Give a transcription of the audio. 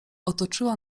otoczyła